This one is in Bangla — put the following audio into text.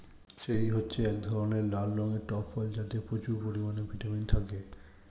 চেরি হচ্ছে এক ধরনের লাল রঙের টক ফল যাতে প্রচুর পরিমাণে ভিটামিন থাকে